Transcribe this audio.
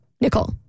Nicole